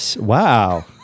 Wow